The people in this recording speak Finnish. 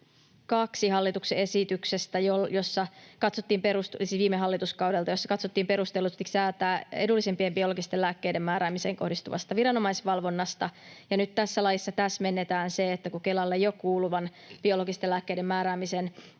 22 hallituksen esityksestä, siis viime hallituskaudelta, jossa katsottiin perustelluksi säätää edullisimpien biologisten lääkkeiden määräämiseen kohdistuvasta viranomaisvalvonnasta. Nyt tässä laissa täsmennetään se, että Kelalle jo kuuluvan biologisten lääkkeiden määräämisen